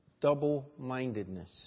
Double-mindedness